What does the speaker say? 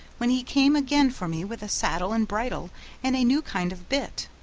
when he came again for me with a saddle and bridle and a new kind of bit.